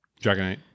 Dragonite